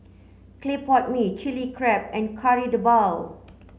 clay pot Mee chili crab and Kari Debal